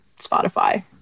Spotify